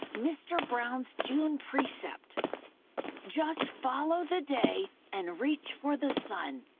mr. browne's june precept just follow the day and reach for the sun!